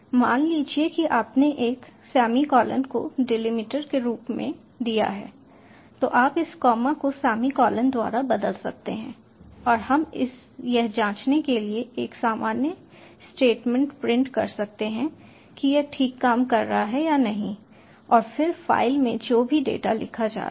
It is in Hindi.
मान लीजिए कि आपने एक सेमीकॉलन को डीलिमिटर के रूप में दिया है तो आप इस कॉमा को सेमीकॉलन द्वारा बदल सकते हैं और हम यह जाँचने के लिए एक सामान्य स्टेटमेंट प्रिंट कर सकते हैं कि यह ठीक काम कर रहा है या नहीं और फिर फ़ाइल में जो भी डेटा लिखा जा रहा है